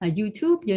Youtube